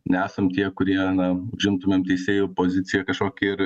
nesam tie kurie nam užimtumėm teisėjų poziciją kažkokį ir